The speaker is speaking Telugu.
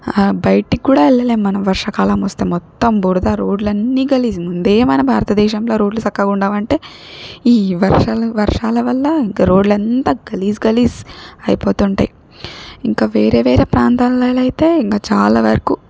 బయటిక్కూడా వెళ్ళలేం మనం వర్షాకాలమొస్తే మొత్తం బుడద రోడ్లన్నీ గలీజ్ ముందే మన భారతదేశంలో రోడ్లు సక్కగుండవంటే ఈ వర్షాల వర్షాల వల్ల ఇంక రోడ్లంతా గలీజ్ గలీజ్ అయిపోతుంటాయి ఇంక వేరేవేరే ప్రాంతాలల్లో అయితే ఇంక చాలా వరకు